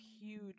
huge